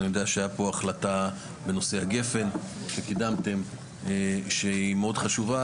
אני יודע שהייתה פה החלטה בנושא הגפן שקידמתם שהיא מאוד חשובה,